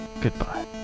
Goodbye